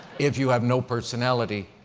if you have no personality,